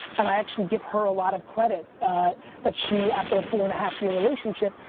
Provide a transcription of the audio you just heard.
and i actually give her a lot of credit that she, after a four and a half year relationship,